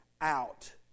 out